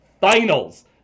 finals